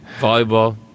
Volleyball